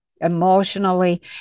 emotionally